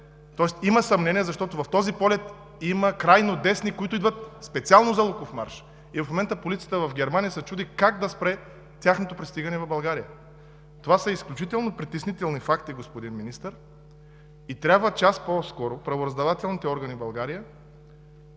има съмнения, че в този полет има крайнодесни, които идват специално за Луковмарш. И в момента полицията в Германия се чуди как да спре тяхното пристигане в България. Това са изключително притеснителни факти, господин Министър, и трябва час по-скоро правораздавателните органи в България